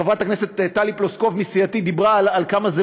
חברת הכנסת טלי פלוסקוב מסיעתי דיברה על כמה זה